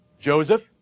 Joseph